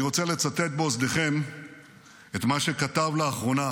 אני רוצה לצטט באוזניכם את מה שכתב לאחרונה